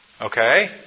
Okay